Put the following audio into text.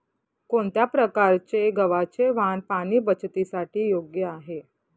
कोणत्या प्रकारचे गव्हाचे वाण पाणी बचतीसाठी योग्य आहे?